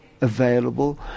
available